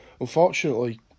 unfortunately